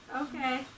okay